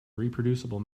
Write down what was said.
reproducible